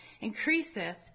increaseth